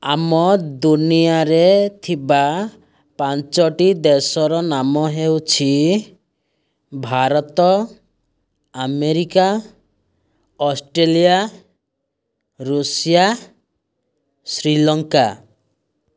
ଆମ ଦୁନିଆରେ ଥିବା ପାଞ୍ଚଟି ଦେଶର ନାମ ହେଉଛି Bharat America Australia Russia Sri Lanka